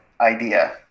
idea